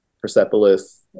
Persepolis